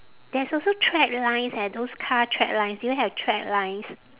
there's also track lines eh those car track lines do you have track lines